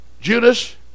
Judas